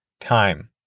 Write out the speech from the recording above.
time